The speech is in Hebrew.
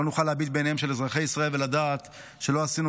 לא נוכל להביט בעיניהם של אזרחי ישראל ולדעת שלא עשינו